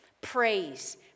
Praise